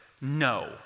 No